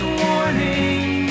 warning